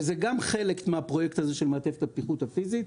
שזה גם חלק מהפרויקט הזה של מעטפת הבטיחות הפיזית,